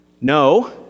no